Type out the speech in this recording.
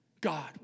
God